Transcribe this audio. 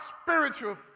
spiritual